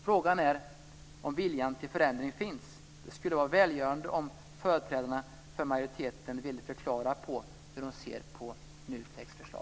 Frågan är om viljan till förändring finns. Det skulle vara välgörande om företrädarna för majoriteten ville förklara hur de ser på NUTEK:s förslag.